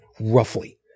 roughly